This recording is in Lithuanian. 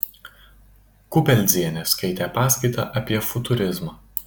kubeldzienė skaitė paskaitą apie futurizmą